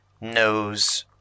knows